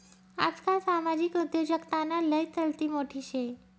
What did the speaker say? आजकाल सामाजिक उद्योजकताना लय चलती मोठी शे